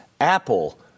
Apple